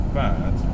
bad